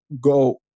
go